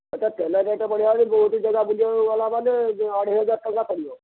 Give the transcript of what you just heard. ଏଇଟା ତେଲ ରେଟ୍ ବଢ଼ିବା ପାଇଁ ବହୁତ ଜାଗା ବୁଲିବାକୁ ଗଲ ମାନେ ଆଢ଼େଇ ହଜାର ଟଙ୍କା ପଡ଼ିବ